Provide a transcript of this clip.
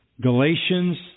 Galatians